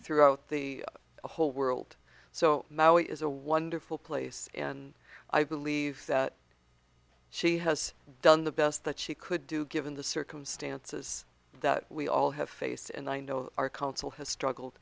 throughout the whole world so maui is a wonderful place and i believe that she has done the best that she could do given the circumstances that we all have faced and i know our council has struggled